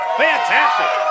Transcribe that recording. fantastic